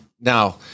Now